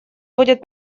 будет